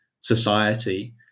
society